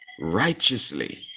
righteously